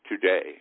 today